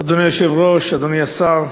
אדוני היושב-ראש, אדוני השר,